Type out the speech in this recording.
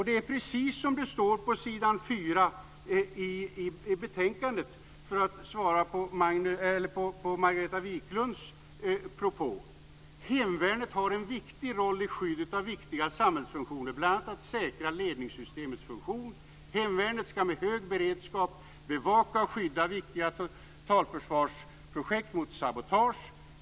Det är precis så som det står på s. 4 i betänkandet, för att svara på Margareta Viklunds propå: "Hemvärnet har en viktig roll i skyddet av viktiga samhällsfunktioner bl.a. för att säkra ledningssystemets funktion. Hemvärnet skall med hög beredskap bevaka och skydda viktiga totalförsvarsobjekt mot sabotage.